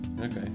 Okay